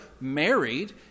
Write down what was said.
married